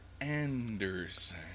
Anderson